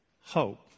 hope